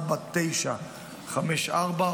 4954,